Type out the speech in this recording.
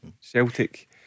Celtic